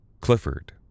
Clifford